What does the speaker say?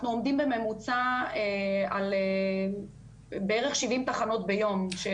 אנחנו עומדים בממוצע על בערך שבעים תחנות ביום.